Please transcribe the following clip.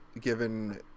given